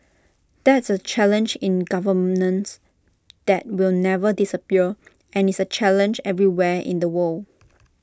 that's A challenge in governance that will never disappear and is A challenge everywhere in the world